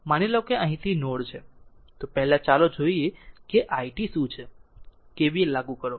માની લો કે અહીંથી નોડ છે પહેલા ચાલો જોઈએ કે i t શું છે KVL લાગુ કરો